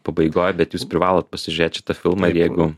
pabaigoj bet jūs privalot pasižiūrėt šitą filmą ir jeigu